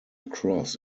cross